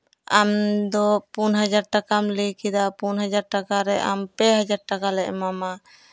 ᱟᱢᱫᱚ ᱯᱩᱱ ᱦᱟᱡᱟᱨ ᱴᱟᱠᱟᱢ ᱞᱟᱹᱭ ᱠᱮᱫᱟ ᱯᱩᱱ ᱦᱟᱡᱟᱨ ᱴᱟᱠᱟᱨᱮ ᱟᱢ ᱯᱮ ᱦᱟᱡᱟᱨ ᱴᱟᱠᱟᱞᱮ ᱮᱢᱟᱢᱟ